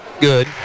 good